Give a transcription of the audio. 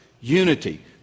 unity